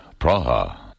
Praha